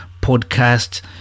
podcast